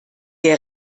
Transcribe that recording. der